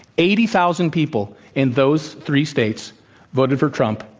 eighty thousand people in those three states voted for trump,